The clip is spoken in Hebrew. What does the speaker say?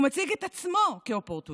הוא מציג את עצמו כאופורטוניסט,